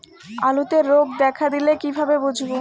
আলুতে রোগ দেখা দিলে কিভাবে বুঝবো?